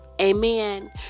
Amen